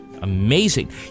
Amazing